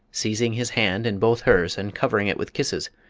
seizing his hand in both hers and covering it with kisses,